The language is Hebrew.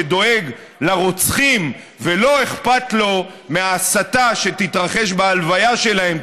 שדואג לרוצחים ולא אכפת לו מההסתה שתתרחש בהלוויה שלהם,